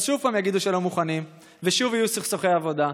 אז שוב יגידו שלא מוכנים ושוב יהיו סכסוכי עבודה.